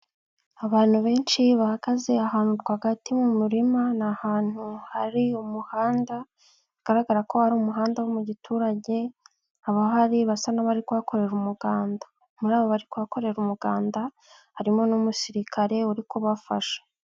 Abantu benshi bahagaze ahantu rwagati mu murima, ni ahantutu hari umuhanda bigaragara ko hari umuhanda wo mu giturage, abahari basa n'abari kuhakorera umuganda, muri abo bari kuhakorera umuganda harimo n'umusirikare uri kubafasha.